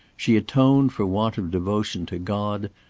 she atoned for want of devotion to god,